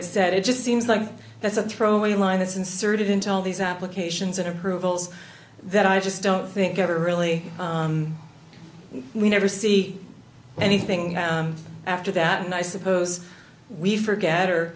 that it just seems like that's a throwaway line it's inserted into all these applications and approvals that i just don't think ever really we never see anything after that and i suppose we forget or